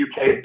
UK